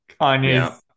Kanye